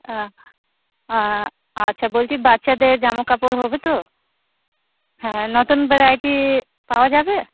তা আচ্ছা বলছি বাচ্চাদের জামাকাপড় হবে তো হ্যাঁ নতুন ভ্যারাইটি পাওয়া যাবে